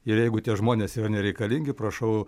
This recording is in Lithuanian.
ir jeigu tie žmonės yra nereikalingi prašau